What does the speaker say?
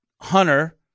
hunter—